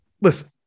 listen